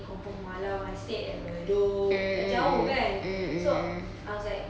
confirm malam I stay at bedok like jauh kan I was like